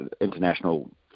international